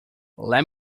let